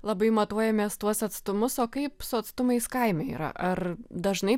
labai matuojamės tuos atstumus o kaip su atstumais kaime yra ar dažnai